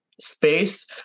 space